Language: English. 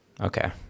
Okay